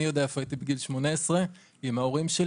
אני יודע איפה הייתי בגיל 18 עם הוריי,